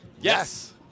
Yes